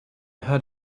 heard